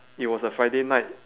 it was a friday night